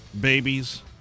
babies